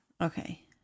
Okay